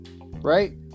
right